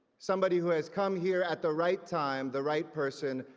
somebody who has come here at the right time, the right person,